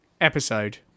episode